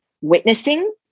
witnessing